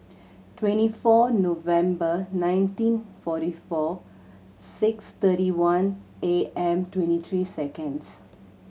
twenty four November nineteen forty four six thirty one A M twenty three seconds